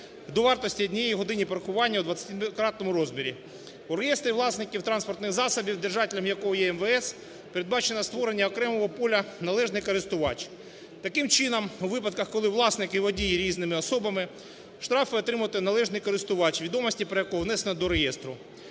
до вартості однієї години паркування у двадцятикратному розмірі. У реєстрі власників транспортних засобів, держателем якого є МВС, передбачено створення окремого поля "належний користувач". Таким чином у випадках, коли власник і водії є різними особами, штраф отримуватиме належний користувач, відомості про якого внесено до реєстру.